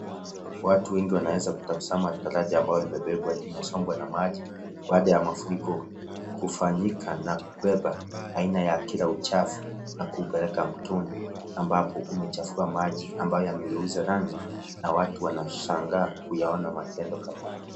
Watu wengi wanaweza kutazama daraja ambayo imebebwa imesombwa na maji, baada ya mafuriko kufanyika na kubeba aina ya kila uchafu na kuupeleka mtoni, ambapo umechafua maji ambayo yamegeuza rangi, na watu wanashangaa kuyaona matendo kama hayo.